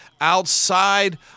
outside